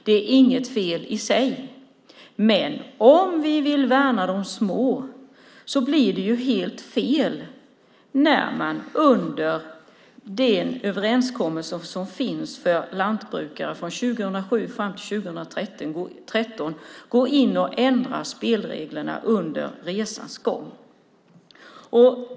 Det är inget fel i sig, men om vi vill värna de små blir det helt fel när man med den överenskommelse som finns för lantbrukare från 2007 fram till 2013 går in och ändrar spelreglerna under resans gång.